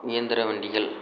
இயந்திர வண்டிகள்